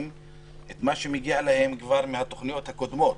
את מה שכבר מגיע להם מהתוכניות הקודמות.